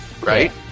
right